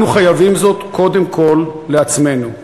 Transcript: אנחנו חייבים זאת קודם כול לעצמנו,